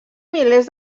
milers